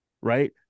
Right